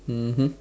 mmhmm